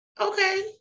okay